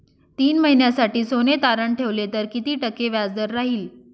तीन महिन्यासाठी सोने तारण ठेवले तर किती टक्के व्याजदर राहिल?